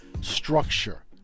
structure